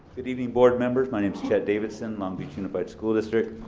good evening, board members, my name's chet davidson. long beach unified school district.